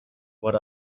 what